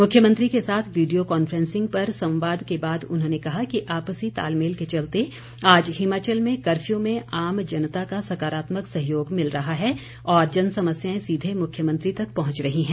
मुख्यमंत्री के साथ वीडियो कांफ्रेंसिंग पर संवाद के बाद उन्होंने कहा कि आपसी तालमेल के चलते आज हिमाचल में कर्फ्यू में आम जनता का सकारात्मक सहयोग मिल रहा है और जन समस्याएं सीधे मुख्यमंत्री तक पहुंच रही हैं